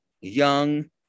young